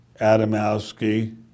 Adamowski